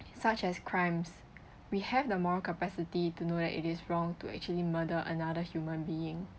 such as crimes we have the moral capacity to know that it is wrong to actually murder another human being